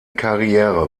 karriere